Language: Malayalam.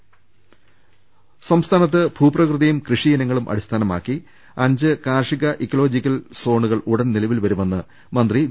രദ്ദേഷ്ടങ സംസ്ഥാനത്ത് ഭൂപ്രകൃതിയും കൃഷി ഇനങ്ങളും അടിസ്ഥാനമാക്കി അ ഞ്ച് കാർഷിക ഇക്കോളജിക്കൽ സോണുകൾ ഉടൻ നിലവിൽ വരുമെന്ന് മ ന്ത്രി വി